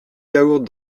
yaourt